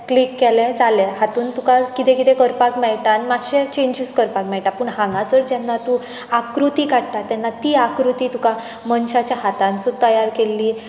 click केले जालें हातूंत तुकां कितें की करपाक मेळटा आनी मातशें चेंजीस करपाक मेळटा पूण हांगासर जेन्ना तूं आकृती काडटा तेन्ना ती आकृती तुका मनशाच्या हातानसून तयार केल्ली